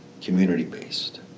community-based